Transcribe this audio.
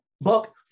book